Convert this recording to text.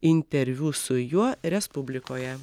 interviu su juo respublikoje